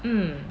mm